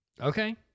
Okay